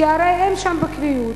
כי הרי הם שם בקביעות,